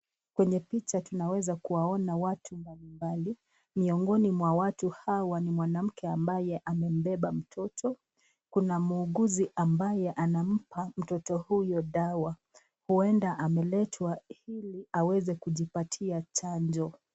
Kwenye picha tunaweza kuwaona watu mbalimbali, miongoni mwa watu hawa ni mwanamke ambaye amebeba mtoto, Kuna muuguzi ambaye anampa mtoto huyu dawa, huenda ameletwa Ili aweza kujipatia chanjo.